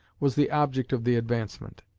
was the object of the advancement.